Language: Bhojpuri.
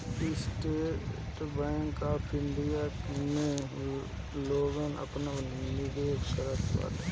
स्टेट बैंक ऑफ़ इंडिया में लोग आपन निवेश करत बाटे